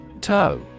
toe